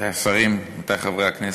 השרים, רבותי חברי הכנסת,